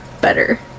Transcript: better